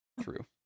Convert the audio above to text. True